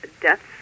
deaths